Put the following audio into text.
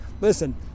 Listen